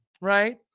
right